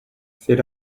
c’est